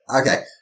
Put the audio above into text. Okay